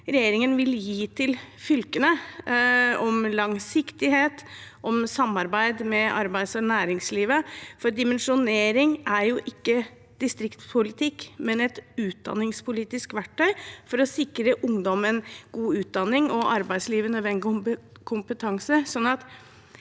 regjeringen vil gi til fylkene om langsiktighet og om samarbeid med arbeids- og næringslivet – for dimensjonering er jo ikke distriktspolitikk, men et utdanningspolitisk verktøy for å sikre ungdom en god utdanning og arbeidslivet nødvendig kompetanse